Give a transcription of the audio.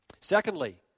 Secondly